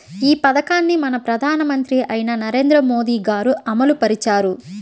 ఈ పథకాన్ని మన ప్రధానమంత్రి అయిన నరేంద్ర మోదీ గారు అమలు పరిచారు